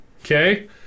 okay